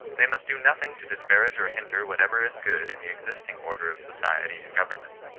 they must do nothing to disparage or hinder whatever is good in the existing order of society and government.